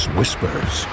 Whispers